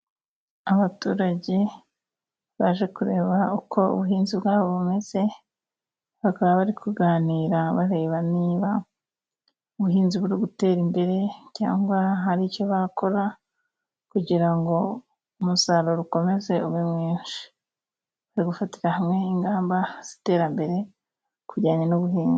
Abaturage baje kureba uko ubuhinzi bwabo bumeze, bakaba bari kuganira bareba niba ubuhinzi buri gutera imbere cyangwa hari icyo bakora kugira ngo umusaruro ukomeze ube mwishi no gufatira hamwe ingamba z'iterambere kubijyanye n'ubuhinzi.